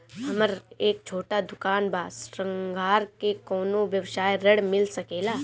हमर एक छोटा दुकान बा श्रृंगार के कौनो व्यवसाय ऋण मिल सके ला?